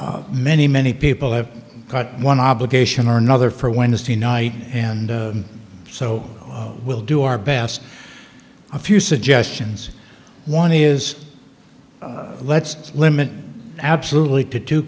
thank many many people have got one obligation or another for wednesday night and so we'll do our best a few suggestions one is let's limit absolutely